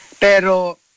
Pero